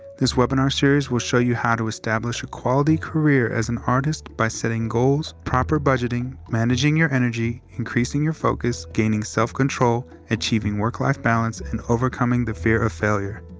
this webinar series will show you how to establish a quality career as an artist, by setting goals, proper budgeting, managing your energy, increasing your focus, gaining self-control, achieving work-life balance, and overcoming the fear of failure.